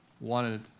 wanted